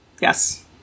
Yes